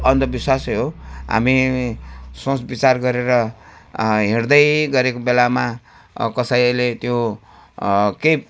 अन्धविश्वासै हो हामी सोच विचार गरेर हिँड्दै गरेको बेलामा कसैले त्यो केही